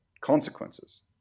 consequences